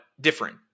different